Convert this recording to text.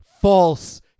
false